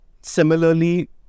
Similarly